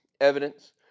evidence